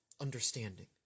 understanding